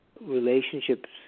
relationships